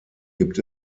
gibt